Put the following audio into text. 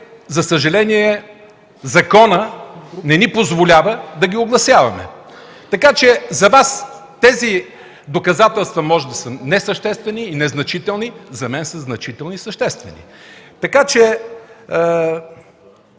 за съжаление, законът не ни позволява да ги огласяваме. Така че за Вас тези доказателства може да са несъществени и незначителни, но за мен са значителни и съществени. Заплахите,